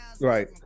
Right